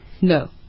No